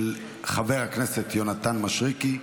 של חבר הכנסת יונתן מישרקי.